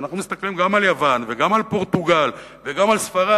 כשאנחנו מסתכלים גם על יוון וגם על פורטוגל וגם על ספרד,